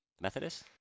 Methodist